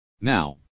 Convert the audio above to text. Now